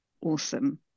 Awesome